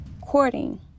courting